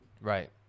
Right